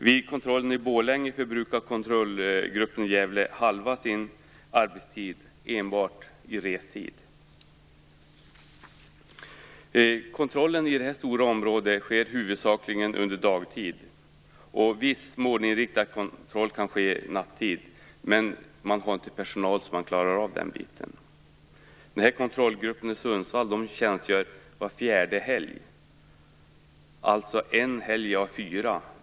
Vid kontrollen i Borlänge förbrukar kontrollgruppen i Gävle halva sin arbetstid enbart i restid. Kontrollen i detta stora område sker huvudsakligen under dagtid. Viss målinriktad kontroll kan även ske nattetid, men man har inte personal så att man kan klarar av den biten. Kontrollgruppen i Sundsvall tjänstgör var fjärde helg, alltså en helg av fyra.